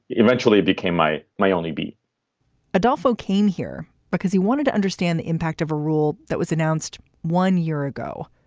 eventually became my my only be adolfo came here because he wanted to understand the impact of a rule that was announced one year ago.